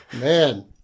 man